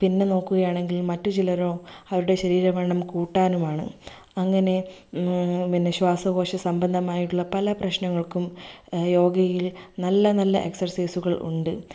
പിന്നെ നോക്കുകയാണെങ്കിൽ മറ്റു ചിലരോ അവരുടെ ശരീര വണ്ണം കൂട്ടാനുമാണ് അങ്ങനെ പിന്നെ ശ്വാസകോശ സംബന്ധമായിട്ടുള്ള പല പ്രശ്നങ്ങൾക്കും യോഗയിൽ നല്ല നല്ല എക്സ്ർസൈസുകൾ ഉണ്ട്